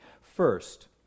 First